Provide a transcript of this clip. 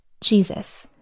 Jesus